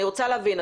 אני רוצה להבין,